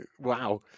Wow